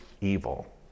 evil